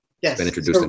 Yes